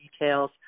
details